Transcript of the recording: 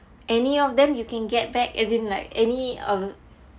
any of them you can get back as in like any of